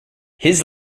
his